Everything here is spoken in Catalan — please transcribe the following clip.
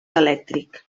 elèctric